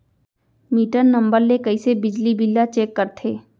Metre number ले कइसे बिजली बिल ल चेक करथे?